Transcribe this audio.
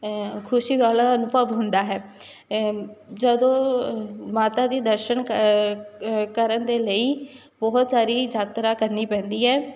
ਖੁਸ਼ੀ ਵਾਲਾ ਅਨੁਭਵ ਹੁੰਦਾ ਹੈ ਜਦੋਂ ਮਾਤਾ ਦੇ ਦਰਸ਼ਨ ਕਰਨ ਦੇ ਲਈ ਬਹੁਤ ਸਾਰੀ ਯਾਤਰਾ ਕਰਨੀ ਪੈਂਦੀ ਹੈ